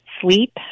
sleep